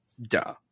Duh